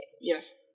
Yes